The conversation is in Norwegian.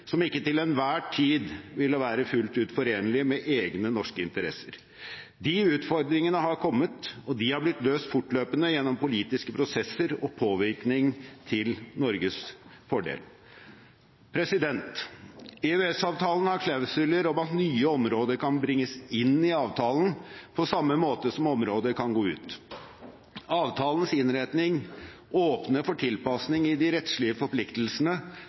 som ikke til enhver tid ville være fullt ut forenlige med egne norske interesser. De utfordringene har kommet, og de har blitt løst fortløpende gjennom politiske prosesser og påvirkning til Norges fordel. EØS-avtalen har klausuler om at nye områder kan bringes inn i avtalen, på samme måte som områder kan gå ut. Avtalens innretning åpner for tilpasning i de rettslige forpliktelsene